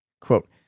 Quote